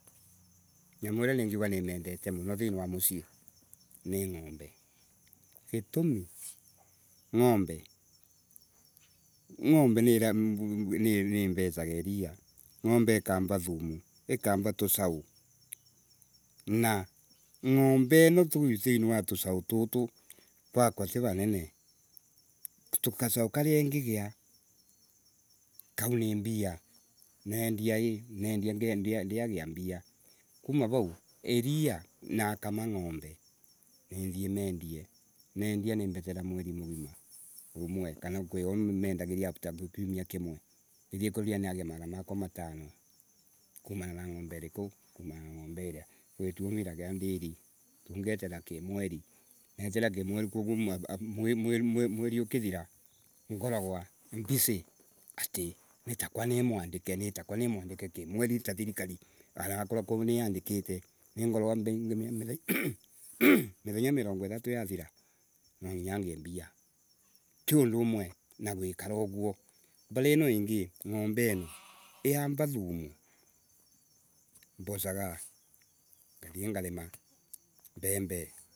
Nyamu iria ningiuga nimendete muno thiini wa musia ni ng’ombe ino. Gitumi, ng’ombe ng’ombe ni ni iresage iria, ng’ombe ni ikura thumu, ikara tusau na ng’ombe ino thiini wa tusau tutu rakwa ti ranene; kasau karia ingigia, kau ni mbia, nendia I, diendia nginagia mbia Kuma rau iria nakama ng’ombe nit hi mendie, nendia nimbeterera mweri mugima, omwe, kana kwio mendagiria after kiumia kimwe, nagia Magana makwa matano, kumana na ng’ombe iriku Ng’ombe iria. Kwituo mindaga nderi, koguo ngeterera kimweri kwoguo wi mweri, mweri mweri ukithira ngoragwa mbisi ati nitako ngoragwa nimwandike kimweri ta thirikari anakorwa ko niandikite. Ningorago mithenya mirongo ithato yathira nwanginya ngiye mbia, ti undu umwe na guikara uguo. Mbali ino ingi ng’ombe ino yamba thumu, mbosaga, ngathi ngarima, bembe.